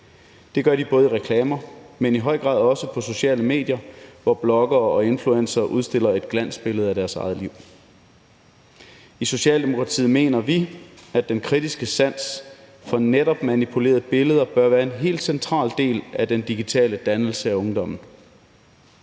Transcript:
Det gør de både i reklamer, men i høj grad også på sociale medier, hvor bloggere og influencere udstiller et glansbillede af deres eget liv. I Socialdemokratiet mener vi, at den kritiske sans for netop manipulerede billeder bør være en helt central del af den digitale dannelse af ungdommen.